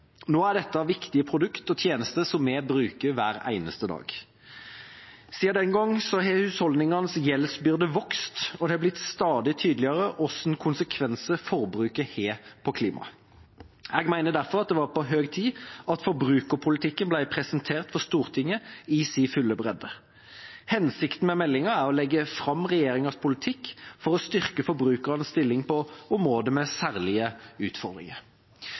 Nå er dette viktige produkter og tjenester som vi bruker hver eneste dag. Siden den gangen har husholdningenes gjeldsbyrde vokst, og det har blitt stadig tydeligere hvilke konsekvenser forbruket har på klimaet. Jeg mener derfor det var på høy tid at forbrukerpolitikken ble presentert for Stortinget i sin fulle bredde. Hensikten med meldinga er å legge fram regjeringas politikk for å styrke forbrukernes stilling på områder med særlige utfordringer.